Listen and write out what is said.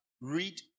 read